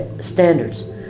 standards